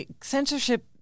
censorship